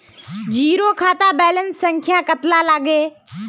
Zero खाता balance संख्या कतला लगते?